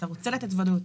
אתה רוצה לתת ודאות,